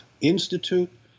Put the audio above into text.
Institute